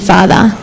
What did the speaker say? Father